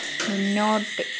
മുന്നോട്ട്